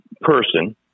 person